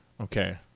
okay